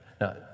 Now